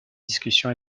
discussion